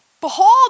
behold